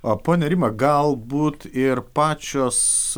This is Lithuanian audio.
o ponia rima galbūt ir pačios